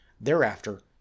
Thereafter